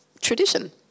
tradition